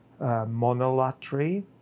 monolatry